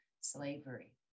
slavery